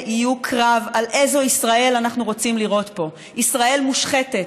יהיו קרב על איזו ישראל אנחנו רוצים לראות פה: ישראל מושחתת,